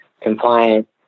compliant